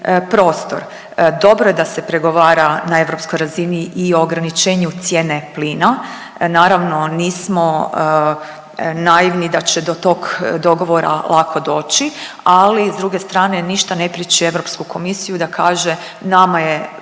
prostor. Dobro je da se pregovara na europskoj razini i o ograničenju cijene plina. Naravno nismo naivni da će do tog dogovora lako doći, ali s druge strane ništa ne priječi Europsku komisiju da kaže nama je